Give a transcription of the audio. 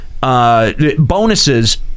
bonuses